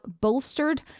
bolstered